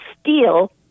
steal